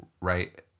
right